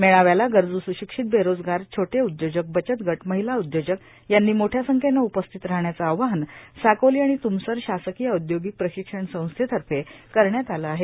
मेळाव्याला गरजू स्राशक्षित बेरोजगार छोटे उद्योजक बचत गट र्माहला उदयोजक यांनी मोठया संख्येनं उपस्थित राहण्याचं आवाहन साकोलो आर्गाण तुमसर शासकोंय औदर्योगिक प्राशक्षण संस्थेतफ करण्यात आलं आहे